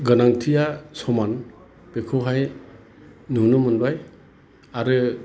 गोनांथिया समान बेखौहाय नुनो मोनबाय आरो